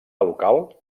local